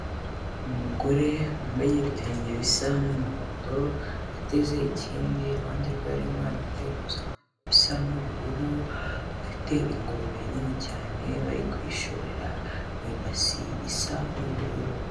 Umugore wambaye ibitenge bisa n'umuhondo ateze ikindi, iruhande rwe ari umwana wambaye impuzankano isa n'ubururu, bafite ingurube nini cyane bari kuyishorera mu ibasi isa n'ubururu.